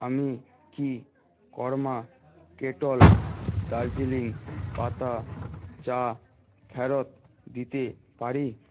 আমি কি Karma Kettle Darjeeling পাতা চা ফেরত দিতে পারি